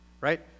right